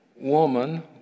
woman